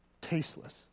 tasteless